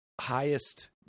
highest